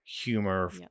humor